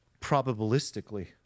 probabilistically